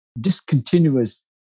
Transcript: discontinuous